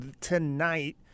tonight